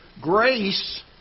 grace